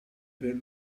per